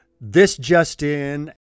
this-just-in